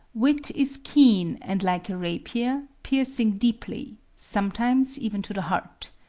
wit is keen and like a rapier, piercing deeply, sometimes even to the heart.